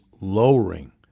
lowering